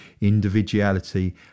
individuality